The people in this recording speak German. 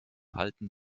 halten